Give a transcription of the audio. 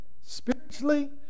spiritually